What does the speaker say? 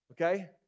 Okay